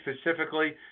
specifically